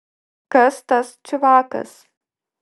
kas tas čiuvakas